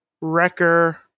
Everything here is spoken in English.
Wrecker